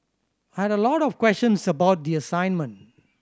had a lot of questions about the assignment